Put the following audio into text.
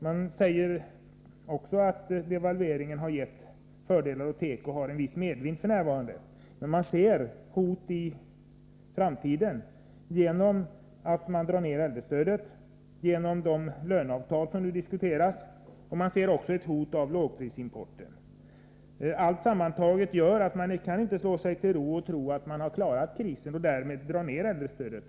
Man säger att devalveringen gett vissa fördelar och att tekoindustrin har en viss medvind f.n. Man ser emellertid hot i framtiden: neddragningen av äldrestödet samt de löneavtal som diskuteras, och man ser också lågprisimporten som ett hot. Allt detta sammantaget gör att man inte kan slå sig till ro och tro att man har klarat krisen samt därmed dra ned på äldrestödet.